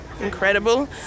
incredible